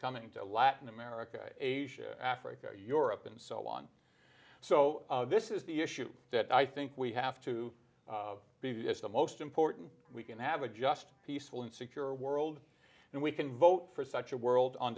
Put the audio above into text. coming to latin america asia africa europe and so on so this is the issue that i think we have to the most important we can have a just peaceful and secure world and we can vote for such a world on